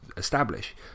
Establish